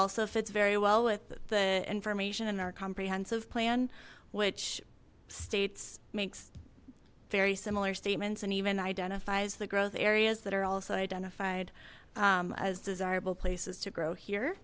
also fits very well with the information and our comprehensive plan which states makes very similar statements and even identifies the growth areas that are also identified as desirable places to grow here